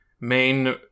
main